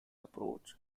approach